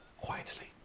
quietly